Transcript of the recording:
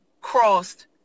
crossed